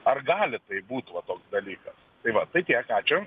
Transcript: ar gali taip būt va toks dalykas tai va tai tiek arčiau